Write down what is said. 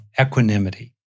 equanimity